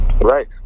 Right